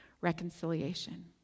reconciliation